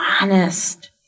honest